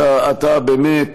אתה באמת,